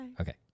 Okay